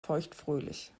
feuchtfröhlich